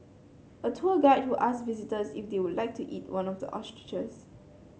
a tour guide who asked visitors if they would like to eat one of the ostriches